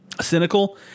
cynical